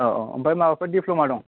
ओमफ्राय माबाफोर डिप्ल'मा दं